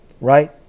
right